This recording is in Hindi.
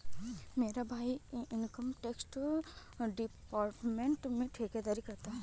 मेरा भाई इनकम टैक्स डिपार्टमेंट में ठेकेदारी करता है